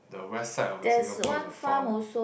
the west side of the Singapore is a farm